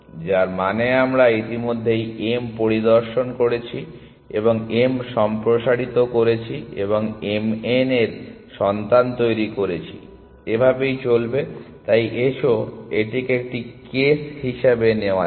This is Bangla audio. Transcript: যার মানে আমরা ইতিমধ্যেই m পরিদর্শন করেছি এবং m সম্প্রসারিত করেছি এবং m n এর সন্তান তৈরি করেছি এভাবেই চলবে তাই এসো এটিকে একটি কেস হিসাবে নেওয়া যাক